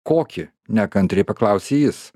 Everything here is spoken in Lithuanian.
kokį nekantriai paklausė jis